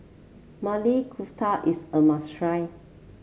Maili Kofta is a must try